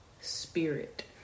spirit